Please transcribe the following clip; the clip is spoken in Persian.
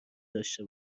داشته